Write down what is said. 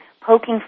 poking